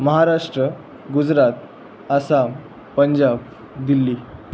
Maharashtra Gujarat Assam Punjab Delhi